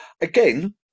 again